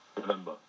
November